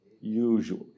Usually